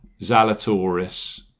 Zalatoris